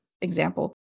example